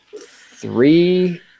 three